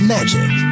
Magic